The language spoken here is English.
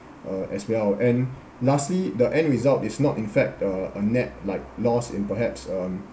uh as well and lastly the end result is not in fact uh a net like lost in perhaps um